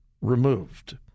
removed